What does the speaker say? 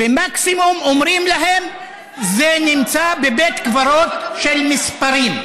ומקסימום אומרים להם: זה נמצא בבית קברות של מספרים.